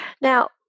Now